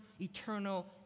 eternal